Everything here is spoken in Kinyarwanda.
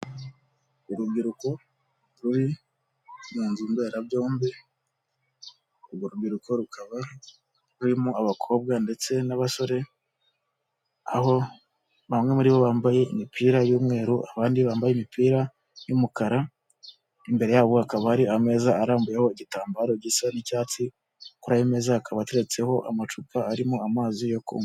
Urubyiruko ruri mu nzu mbera byombi; urwo rubyiruko rukaba rurimo abakobwa ndetse n'abasore, aho bamwe muri bo bambaye imipira y'umweru abandi bambaye imipira y'umukara. Imbere yabo hakaba hari ameza arambuyeho igitambaro gisa n'icyatsi. Kuri ayo meza hakaba hateretseho amacupa arimo amazi yo kunywa.